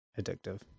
addictive